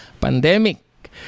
pandemic